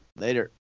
Later